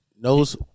knows